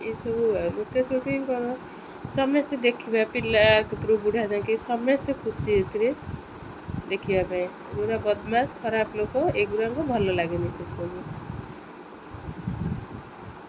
ହଁ ପିଲା ଯେମିତି ତାଙ୍କ ଦୋଳି ଖେଳିଲେ ଏଗୁଡ଼ା ଓଡ଼ିଆଙ୍କର ବହୁତ ଭଲ ଲାଗେ ଏଇ ପର୍ବ ସବୁ ମାନେ ଖୁସି ଆଣେ ଓଡ଼ିଆ ମାନଙ୍କର ଗୁଡ଼ାକ ଖୁସି ଆଉ ସବୁ ଆଉ ବର୍ଷେ ଥରେ ସେ ଗୋଟେ ପର୍ବ ଆସେ କେତେ ସୁନ୍ଦର ଲାଗେ